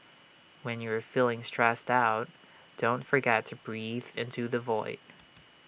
when you are feeling stressed out don't forget to breathe into the void